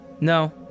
No